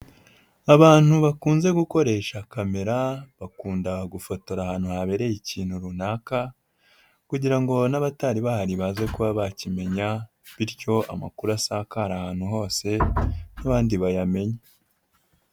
Abantu bakunze gukoresha kamera, bakundaga gufotora ahantu habereye ikintu runaka kugirango ngo n'abatari bahari baze kuba bakimenya, bityo amakuru asakara ahantu hose n'abandi bayamenya.